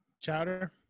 Chowder